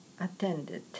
attended